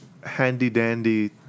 handy-dandy